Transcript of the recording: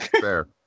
fair